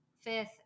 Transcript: fifth